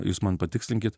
jūs man patikslinkit